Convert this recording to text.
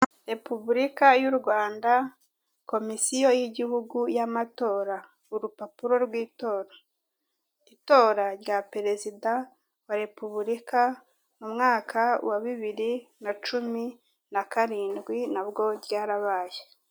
Ni imitako ikorwa n'abanyabugeni, imanitse ku rukuta rw'umukara ubusanzwe ibi byifashishwa mu kubitaka mu mazu, yaba ayo mu ngo ndetse n'ahatangirwamo serivisi.